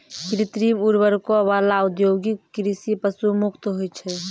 कृत्रिम उर्वरको वाला औद्योगिक कृषि पशु मुक्त होय छै